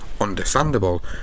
Understandable